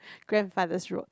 grandfather's road